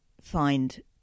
find